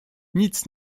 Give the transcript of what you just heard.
nic